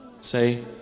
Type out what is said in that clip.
Say